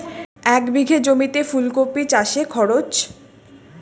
এক বিঘে জমিতে ফুলকপি চাষে খরচ?